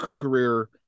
career